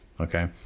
Okay